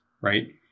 right